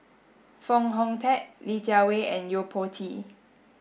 Foo Hong Tatt Li Jiawei and Yo Po Tee